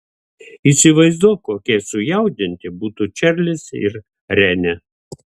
įsivaizduok kokie sujaudinti būtų čarlis ir renė